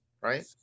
right